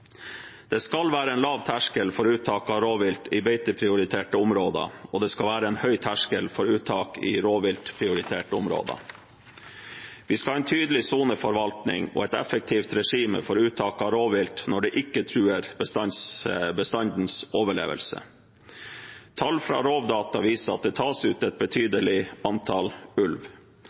Det skal være en lav terskel for uttak av rovvilt i beiteprioriterte områder, og det skal være en høy terskel for uttak i rovviltprioriterte områder. Vi skal ha en tydelig soneforvaltning og et effektivt regime for uttak av rovvilt når det ikke truer bestandens overlevelse. Tall fra Rovdata viser at det tas ut et betydelig antall ulv,